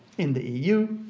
in the eu,